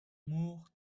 moore